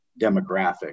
demographic